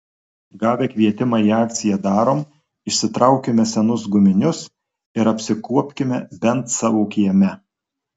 gavę kvietimą į akciją darom išsitraukime senus guminius ir apsikuopkime bent savo kieme